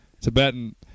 Tibetan